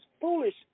foolish